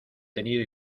tenido